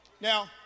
Now